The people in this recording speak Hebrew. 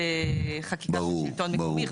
זו חקיקה של שלטון מקומי,